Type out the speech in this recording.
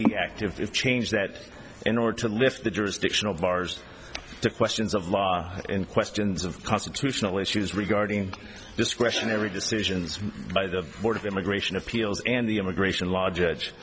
the active change that in order to lift the jurisdictional bars to questions of law and questions of constitutional issues regarding discretionary decisions by the board of immigration appeals and the immigration law judge